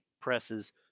presses